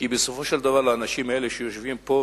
בסופו של דבר לאנשים האלה שיושבים פה,